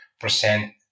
percent